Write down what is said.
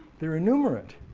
they're innumerate,